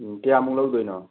ꯎꯝ ꯀꯌꯥꯃꯨꯛ ꯂꯧꯗꯣꯏꯅꯣ